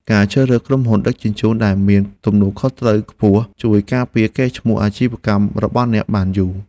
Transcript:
ការជ្រើសរើសក្រុមហ៊ុនដឹកជញ្ជូនដែលមានទំនួលខុសត្រូវខ្ពស់ ជួយការពារកេរ្តិ៍ឈ្មោះអាជីវកម្មរបស់អ្នកបានយូរ។